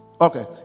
okay